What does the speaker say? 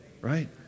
Right